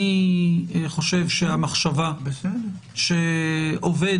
אני חושב שהמחשבה שעובד